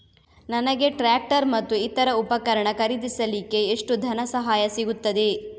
ನನಗೆ ಟ್ರ್ಯಾಕ್ಟರ್ ಮತ್ತು ಇತರ ಉಪಕರಣ ಖರೀದಿಸಲಿಕ್ಕೆ ಎಷ್ಟು ಧನಸಹಾಯ ಸಿಗುತ್ತದೆ?